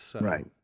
Right